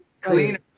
cleaner